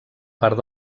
part